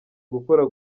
gukora